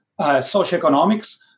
socioeconomics